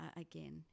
again